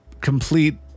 complete